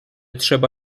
trzeba